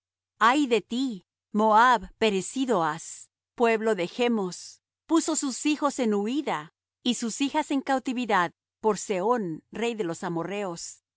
ay de ti moab perecido has pueblo de chmos puso sus hijos en huída y sus hijas en cautividad por sehón rey de los amorrheos